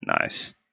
nice